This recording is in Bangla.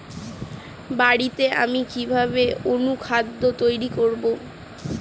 বাড়িতে আমি কিভাবে অনুখাদ্য তৈরি করব?